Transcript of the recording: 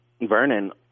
Vernon